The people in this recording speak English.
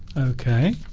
okay